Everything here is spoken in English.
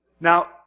Now